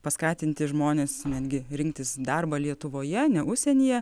paskatinti žmones netgi rinktis darbą lietuvoje ne užsienyje